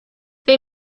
they